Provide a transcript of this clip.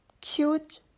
cute